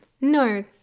no